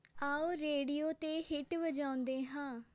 ਆਓ ਰੇਡੀਓ 'ਤੇ ਹਿੱਟ ਵਜਾਉਂਦੇ ਹਾਂ